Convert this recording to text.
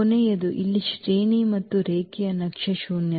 ಕೊನೆಯದು ಇಲ್ಲಿ ಶ್ರೇಣಿ ಮತ್ತು ರೇಖೀಯ ನಕ್ಷೆಯ ಶೂನ್ಯತೆ